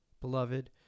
Beloved